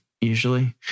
usually